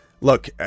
Look